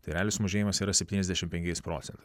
tai realiai mažėjimas yra septyniasdešimt penkiais procentais